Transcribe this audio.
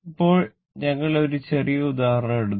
ഇപ്പോൾ ഞങ്ങൾ ഒരു ചെറിയ ഉദാഹരണം എടുക്കും